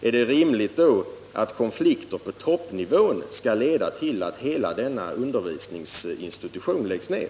Är det då rimligt att konflikter på toppnivå skall leda till att hela denna undervisningsinstitution läggs ned?